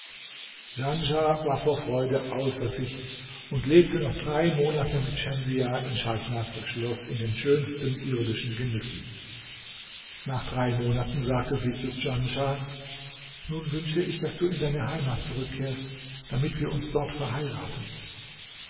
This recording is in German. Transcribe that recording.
war vor freude außer sich und lebte noch drei monate mit schemsiah in scheich naßrs schloß in den schönsten irdischen genüssen nach drei monaten sagte sie zu djanschah nun wünsche ich daß du in deine heimat zurückkehrst damit wir uns dort verheiraten